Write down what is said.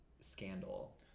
scandal